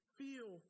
feel